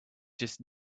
just